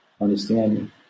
understanding